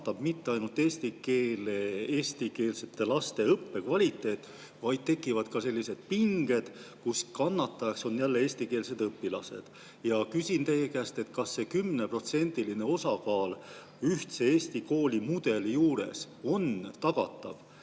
mitte ainult eestikeelsete laste õppe kvaliteet, vaid tekivad ka sellised pinged, kus kannatajaks on eestikeelsed õpilased. Küsin teie käest, kas see 10%-line osakaal on ühtse Eesti koolimudeli juures tagatav